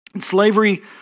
Slavery